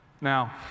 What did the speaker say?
Now